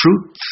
truth